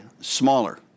smaller